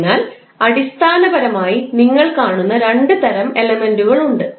അതിനാൽ അടിസ്ഥാനപരമായി നിങ്ങൾ കാണുന്ന രണ്ട് തരം എലമെൻറുകൾ ഉണ്ട്